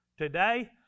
Today